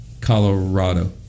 Colorado